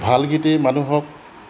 ভাল গীতেই মানুহক